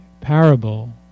parable